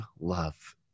love